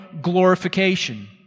glorification